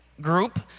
group